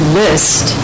list